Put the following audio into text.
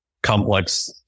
complex